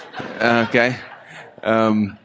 Okay